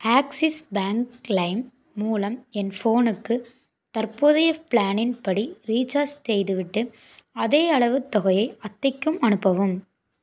axis bank claim மூலம் என் ஃபோனுக்கு தற்போதைய பிளானின் படி ரீசார்ஜ் செய்துவிட்டு அதேயளவு தொகையை அத்தைக்கும் அனுப்பவும்